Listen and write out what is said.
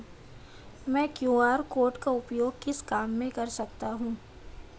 मैं QR code का उपयोग किस काम में कर सकता हूं?